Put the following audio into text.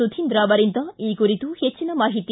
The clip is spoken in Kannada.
ಸುಧೀಂದ್ರ ಅವರಿಂದ ಈ ಕುರಿತು ಹೆಚ್ಚಿನ ಮಾಹಿತಿ